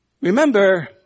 Remember